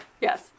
Yes